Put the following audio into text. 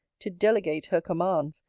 to delegate her commands,